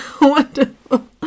wonderful